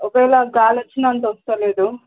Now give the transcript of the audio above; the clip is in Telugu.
ఒకవేళ గాలి వచ్చిన అంత వస్తలేదు